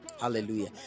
Hallelujah